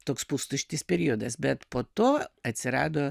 toks pustuštis periodas bet po to atsirado